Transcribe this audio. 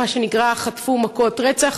מה שנקרא, חטפו מכות רצח.